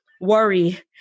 Worry